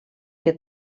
que